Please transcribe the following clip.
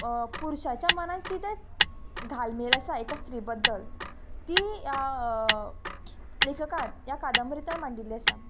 पुरुशाच्या मनान किदें घालमेल आसा एका स्त्री बद्दल ती या लेखकान ह्या कादंबरीतल्यान मांडिल्ली आसा